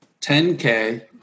10k